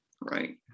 right